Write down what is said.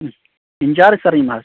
in-charge سرٕے ما حظ چھُ